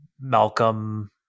Malcolm